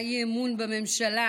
האי-אמון בממשלה,